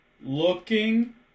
looking